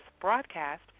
broadcast